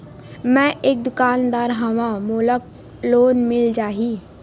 मै एक दुकानदार हवय मोला लोन मिल जाही?